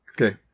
Okay